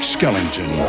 Skellington